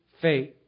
faith